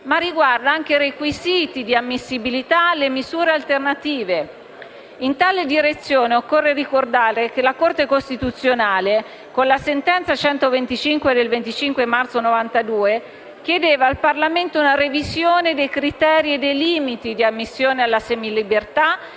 ma riguarda anche i requisiti di ammissibilità delle misure alternative. In tale direzione occorre ricordare che la Corte costituzionale, con la sentenza n. 125 del 25 marzo 1992, chiedeva al Parlamento una revisione dei criteri e dei limiti di ammissione alla semilibertà